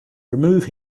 remove